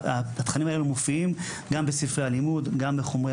התכנים האלה מופיעים בספרי הלימוד; בחומרי